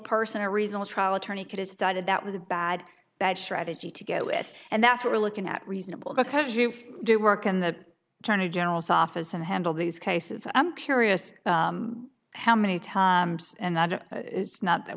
person a reasonable trial attorney could have started that was a bad bad strategy to get with and that's what we're looking at reasonable because you do work in that trying to general's office and handle these cases i'm curious how many times and i do not that